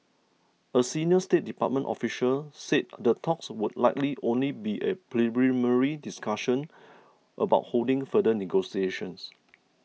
a senior State Department official said the talks would likely only be a preliminary discussion about holding future negotiations